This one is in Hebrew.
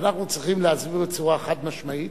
ואנחנו צריכים להסביר בצורה חד-משמעית.